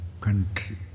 country